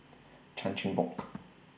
Chan Chin Bock